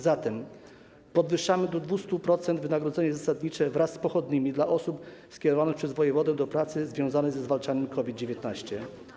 Zatem podwyższamy do 200% wynagrodzenie zasadnicze wraz z pochodnymi dla osób skierowanych przez wojewodę do pracy związanej ze zwalczaniem COVID-19.